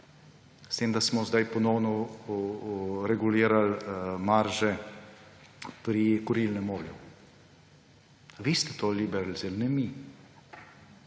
s tem da smo zdaj ponovno regulirali marže pri kurilnem olju. Vi ste to liberalizirali, ne mi.